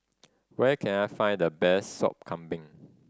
where can I find the best Sop Kambing